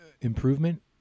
improvement